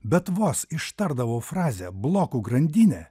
bet vos ištardavo frazę blokų grandinę